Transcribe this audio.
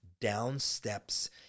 downsteps